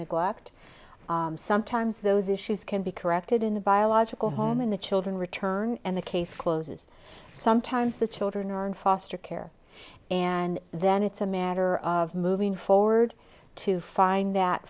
neglect sometimes those issues can be corrected in the biological home in the children return and the case closes sometimes the children are in foster care and then it's a matter of moving forward to find that